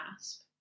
Asp